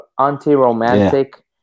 anti-romantic